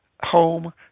home